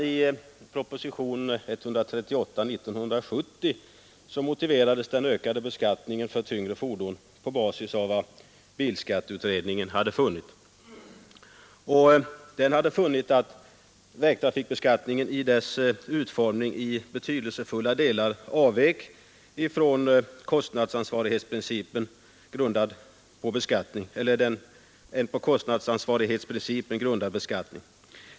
I proposition 138 år 1970 motiverades den ökade beskattningen för tyngre fordon med vad bilskatteutredningen hade funnit, nämligen att vägtrafikbeskattningen i betydelsefulla delar avvek från en på kostnadsansvarighetsprincipen grundad beskattning.